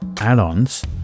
add-ons